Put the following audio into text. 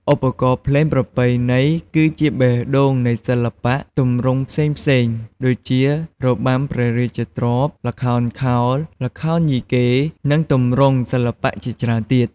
ឧបករណ៍ភ្លេងប្រពៃណីគឺជាបេះដូងនៃសិល្បៈទម្រង់ផ្សេងៗដូចជា របាំព្រះរាជទ្រព្យ ល្ខោនខោល ល្ខោនយីកេ និងទម្រង់សិល្បៈជាច្រើនទៀត។